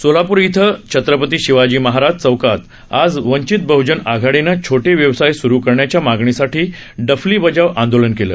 सोलापूर इथं छत्रपती शिवाजी महाराज चौकात आज वंचित बहजन आघाडीनं छोटे व्यवसाय सुरू करण्याच्या मागणीसाठी डफली बजाव आंदोलन केलं